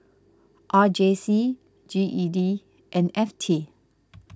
R J C G E D and F T